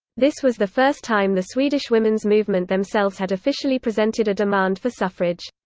this was the first time the swedish women's movement themselves had officially presented a demand for suffrage.